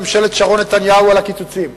בממשלת שרון-נתניהו על הקיצוצים,